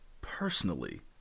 personally